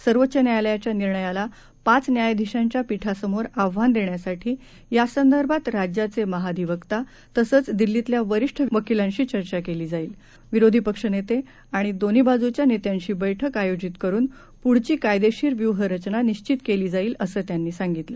सर्वोच्च न्यायालयाच्या निर्णयाला पाच न्यायाधिशांच्या पीठासमोर आव्हान देण्यासाठी यासंदर्भात राज्याचे महाधिवक्ता तसंच दिल्लीतल्या वरिष्ठ वकिलांशी चर्चा केली जाईल विरोधी पक्षनेते आणि दोन्ही बाजूच्या नेत्यांशी बैठक आयोजित करुन पुढची कायदेशीर व्यूहरचना निश्वित केली जाईल असं त्यांनी सांगितलं